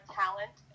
talent